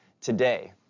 today